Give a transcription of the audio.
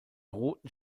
roten